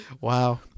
Wow